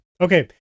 Okay